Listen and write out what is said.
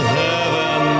heaven